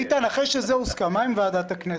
איתן, אחרי שזה הוסכם, מה עם ועדת הכנסת?